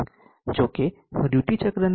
જો કે જો હું ડ્યુટી ચક્રને 0